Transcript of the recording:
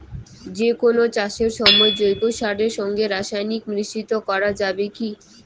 যে কোন চাষের সময় জৈব সারের সঙ্গে রাসায়নিক মিশ্রিত করা যাবে কি?